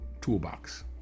toolbox